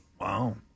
Wow